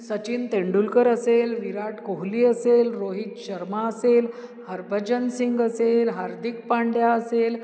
सचिन तेंडुलकर असेल विराट कोहली असेल रोहित शर्मा असेल हरभजन सिंग असेल हार्दीक पांड्या असेल